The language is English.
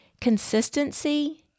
consistency